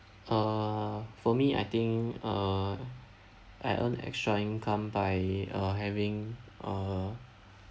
err for me I think uh I earn extra income by uh having uh